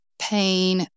pain